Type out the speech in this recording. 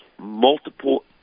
multiple